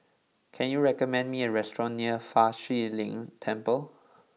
can you recommend me a restaurant near Fa Shi Lin Temple